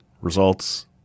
Results